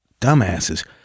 Dumbasses